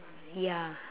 ya